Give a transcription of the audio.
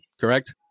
correct